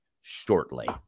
shortly